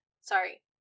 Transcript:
Sorry